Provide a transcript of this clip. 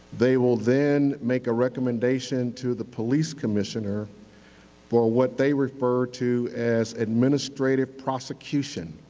they will then make a recommendation to the police commissioner for what they refer to as administrative prosecution.